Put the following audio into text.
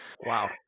Wow